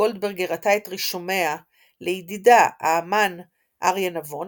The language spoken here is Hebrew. גולדברג הראתה את רישומיה לידידה האמן אריה נבון,